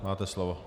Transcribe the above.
Máte slovo.